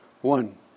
One